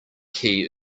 key